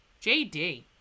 JD